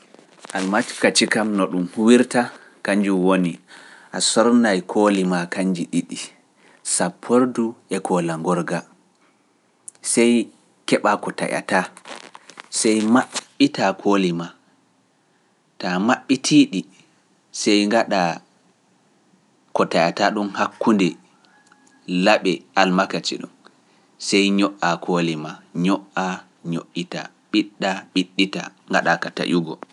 Almakaci kam no ɗum huwirta, kanjum woni a sornaay kooli maa kanji ɗiɗi, sappordu e koola ngorga, sey keɓa ko taƴataa, sey maɓɓitaa kooli maa, taa maɓɓitiiɗi, sey ngaɗa ko taƴataa ɗum hakkunde laɓi almakaci ɗum, sey ño'a kooli maa, ño'aa ño’itaa, ɓiɗɗa ɓiɗɗitaa, ngaɗaaka taƴugo.